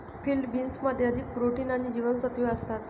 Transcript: field बीन्समध्ये अधिक protein आणि जीवनसत्त्वे असतात